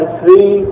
three